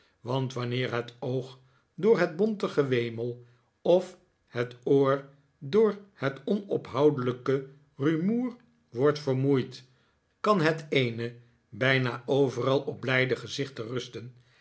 want wanneer het oog door het bonte gewemel of het oor door het onophoudelijke rumoer wordt vermoeid kan het eene bijna overal op blijde gezichten rusten